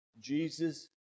Jesus